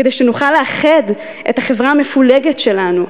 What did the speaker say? כדי שנוכל לאחד את החברה המפולגת שלנו,